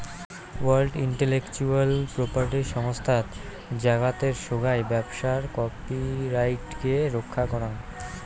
world intellectual property সংস্থাত জাগাতের সোগাই ব্যবসার কপিরাইটকে রক্ষা করাং